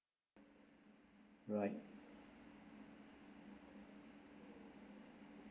alright